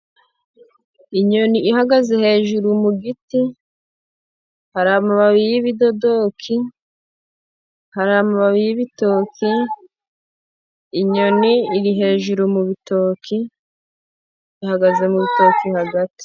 Inyoni ihagaze hejuru mu giti, hari amababi y'ibidodoki, hari amababi y'ibitoki. Inyoni iri hejuru mu bitoki ihagaze mu rutoki hagati.